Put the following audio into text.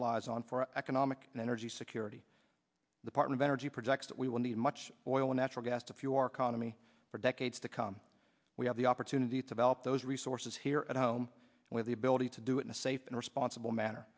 relies on for economic and energy security the part of energy projects that we will need much oil natural gas to fuel our economy for decades to come we have the opportunity to help those resources here at home with the ability to do it in a safe and responsible manner